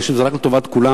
אני חושב שזה רק לטובת כולם.